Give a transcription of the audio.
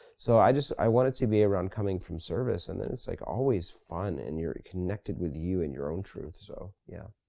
so i just, i wanted to be around coming from service, and and it's like always fun, and you're connected with you and your own truth, so yeah.